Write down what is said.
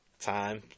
time